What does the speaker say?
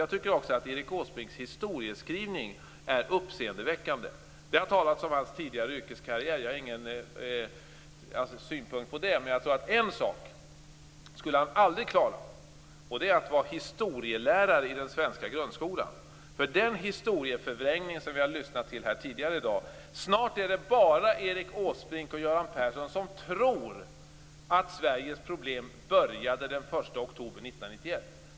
Jag tycker också att Erik Åsbrinks historieskrivning är uppseendeväckande. Det har talats om hans tidigare yrkeskarriär. Jag har ingen synpunkt på det, men jag tror att det är en sak som han aldrig skulle klara. Det är att vara historielärare i den svenska grundskolan. Vi har lyssnat till en historieförvrängning tidigare i dag. Snart är det bara Erik Åsbrink och Göran Persson som tror att Sveriges problem började den 1 oktober 1991.